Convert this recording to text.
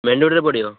main ରୋଡ଼୍ରେ ପଡ଼ିବ